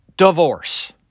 Divorce